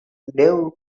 dave